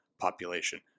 population